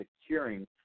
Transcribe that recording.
securing